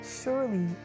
Surely